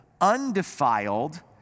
undefiled